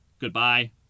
goodbye